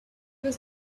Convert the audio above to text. was